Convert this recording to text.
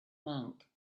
monk